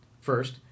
First